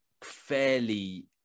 fairly